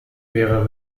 wäre